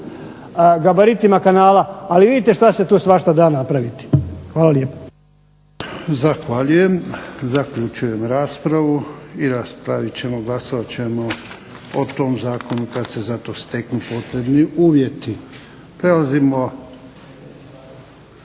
gabaritima kanala. Ali vidite što se tu svašta da napraviti. Hvala lijepo.